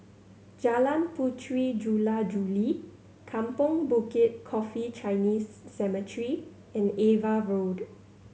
Jalan Puteri Jula Juli Kampong Bukit Coffee Chinese Cemetery and Ava Road